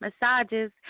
massages